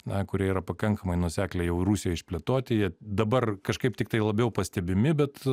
na kurie yra pakankamai nuosekliai jau rusijoj išplėtoti jie dabar kažkaip tiktai labiau pastebimi bet